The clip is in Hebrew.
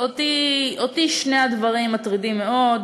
אותי שני הדברים מטרידים מאוד: